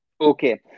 Okay